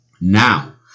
Now